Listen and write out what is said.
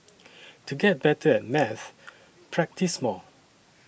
to get better at maths practise more